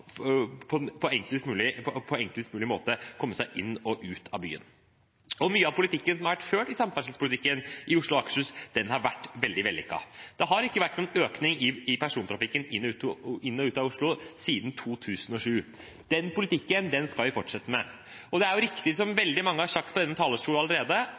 på enklest mulig måte komme seg inn og ut av byen. Mye av politikken som har vært ført på samferdselsområdet i Oslo og Akershus, har vært veldig vellykket. Det har ikke vært noen økning i persontrafikken inn og ut av Oslo siden 2007. Den politikken skal vi fortsette med. Det er riktig, som veldig mange har sagt fra denne talerstolen allerede, at all vekst i trafikk gjennom Oslo skal skje gjennom kollektivtrafikk, og det